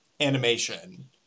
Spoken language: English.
animation